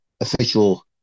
official